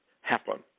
happen